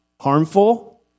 harmful